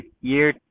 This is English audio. year